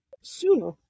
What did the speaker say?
sooner